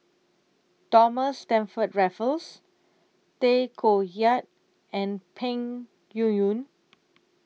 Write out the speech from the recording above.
Thomas Stamford Raffles Tay Koh Yat and Peng Yuyun